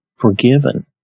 forgiven